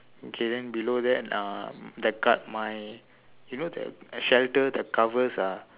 okay then below that uh the cov~ my you know the shelter the covers are